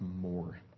more